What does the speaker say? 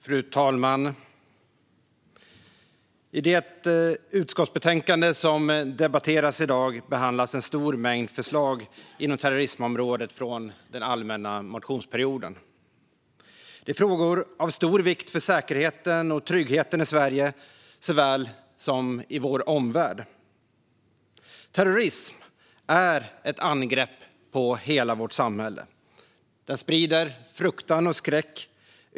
Fru talman! I det utskottsbetänkande som debatteras i dag behandlas en stor mängd förslag från allmänna motionstiden, och de rör terrorismområdet. Det är frågor av stor vikt för säkerheten och tryggheten såväl i Sverige som i vår omvärld. Terrorism är ett angrepp på hela vårt samhälle. Den sprider fruktan och skräck.